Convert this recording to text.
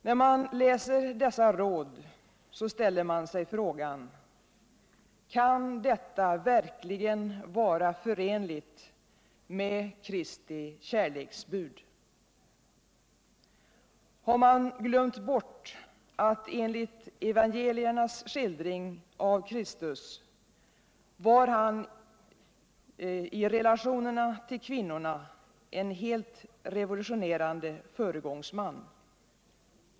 När man läser dessa råd ställer man sig frågan: Kan detta verkligen sara förenligt med Kristi kärleksbud? Har man glömt bort att enligt evangeliernas skildring av Kristus var han i relationerna till kvinnorna en helt revolutionerande föregångsman?